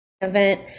event